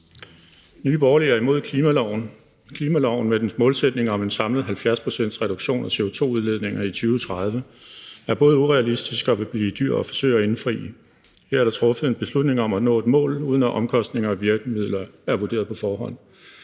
Nye Borgerlige er imod klimaloven. Klimaloven med dens samlede målsætning om en 70-procentsreduktion af CO2-udledninger i 2030 er både urealistisk og vil blive dyr at forsøge at efterleve. Her er der truffet en beslutning om at nå et mål, uden at omkostninger og virkemidler er vurderet på forhånd,